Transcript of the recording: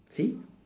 see